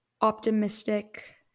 optimistic